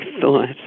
thought